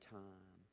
time